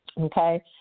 Okay